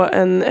en